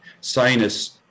sinus